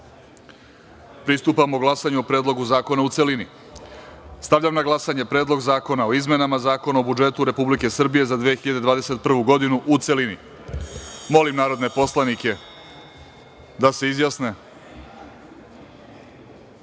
glasanju o Predlogu zakona u celini. Stavljam na glasanje Predlog zakona o izmenama Zakona o budžetu Republike Srbije za 2021. godinu, u celini. Molim narodne poslanike da se